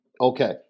okay